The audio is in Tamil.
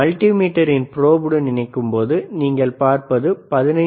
மல்டி மீட்டர் இன் ப்ரோபுடன் இணைக்கும்போது நீங்கள் பார்ப்பது 15